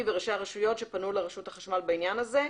וראשי הרשויות שפנו לרשות החשמל בעניין הזה.